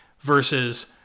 versus